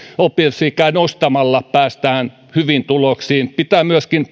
oppivelvollisuusikää nostamalla päästään hyviin tuloksiin pitää myöskin